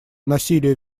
насилие